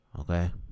Okay